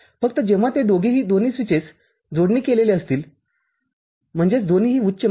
फक्त जेव्हा ते दोघेही दोन्ही स्विचेस जोडणी केलेले असतील म्हणजे दोन्हीही उच्च आहेत